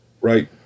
Right